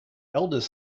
eldest